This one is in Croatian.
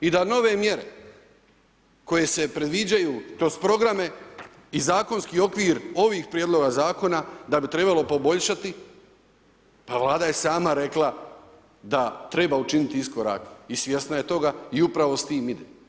I da nove mjere koje se predviđaju kroz programe i zakonski okvir ovih prijedloga zakona da bi trebalo poboljšati pa vlada je sama rekla da treba učiniti iskorak i svjesna je toga i upravo s tim ide.